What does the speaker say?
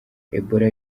ebola